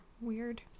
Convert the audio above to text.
weird